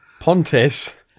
Pontis